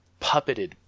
puppeted